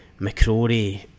McCrory